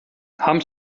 haben